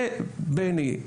זה בני,